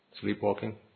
sleepwalking